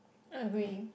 agree